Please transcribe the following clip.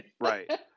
Right